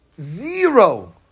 zero